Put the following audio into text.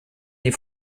die